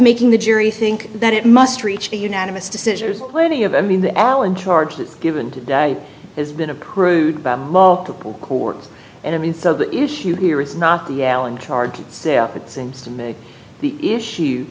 making the jury think that it must reach a unanimous decision is plenty of i mean the allen charge was given today has been a crude by multiple courts and i mean so the issue here is not the allen charge itself it seems to me the issue